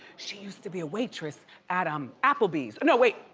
she used to be a waitress at um applebee's. no wait,